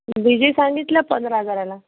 D J सांगितला पंधरा हजाराला